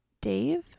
Dave